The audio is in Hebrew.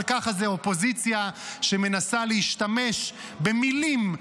אבל ככה זה אופוזיציה שמנסה להשתמש במילים,